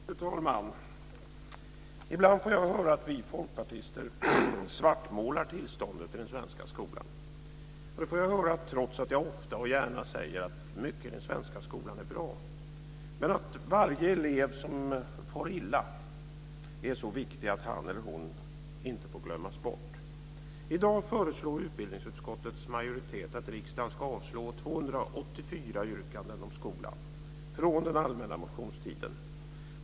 Fru talman! Ibland får jag höra att vi folkpartister svartmålar tillståndet i den svenska skolan. Det får jag höra trots att jag ofta och gärna säger att mycket i den svenska skolan är bra. Men varje elev som far illa är så viktig att han eller hon inte får glömmas bort. I dag föreslår utbildningsutskottets majoritet att riksdagen ska avslå 284 yrkanden om skolan från den allmänna motionstiden.